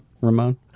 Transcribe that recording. Ramon